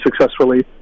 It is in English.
successfully